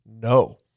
no